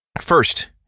First